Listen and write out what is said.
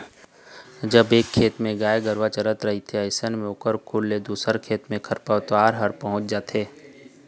जब एक खेत म गाय गरुवा चरत रहिथे अइसन म ओखर खुर ले दूसर खेत म खरपतवार ह पहुँच जाथे